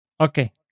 Okay